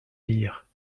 lire